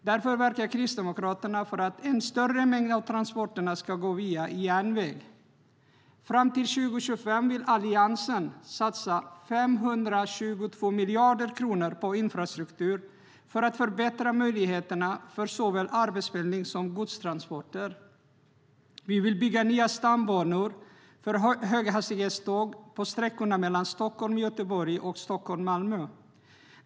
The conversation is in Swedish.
Därför verkar Kristdemokraterna för att en större mängd av transporterna ska gå via järnväg. Vi vill bygga nya stambanor för höghastighetståg på sträckorna Stockholm-Göteborg och Stockholm-Malmö.